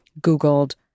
googled